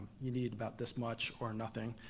you need about this much or nothing.